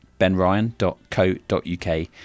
benryan.co.uk